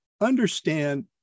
understand